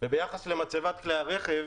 וביחס למצבת כלי הרכב,